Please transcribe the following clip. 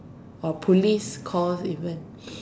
or police calls even